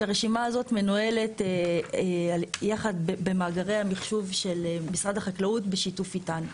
שהרשימה הזאת מנוהלת יחד במאגרי המחשוב של משרד החקלאות בשיתוף איתנו.